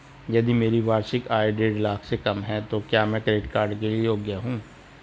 यदि मेरी वार्षिक आय देढ़ लाख से कम है तो क्या मैं क्रेडिट कार्ड के लिए योग्य हूँ?